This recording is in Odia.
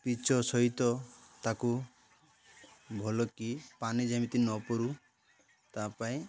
ପିଚ ସହିତ ତାକୁ ଭଲକିି ପାଣି ଯେମିତି ନପୁରୁ ତା ପାଇଁ